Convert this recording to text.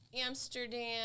Amsterdam